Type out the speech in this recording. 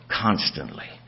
constantly